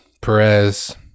Perez